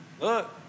look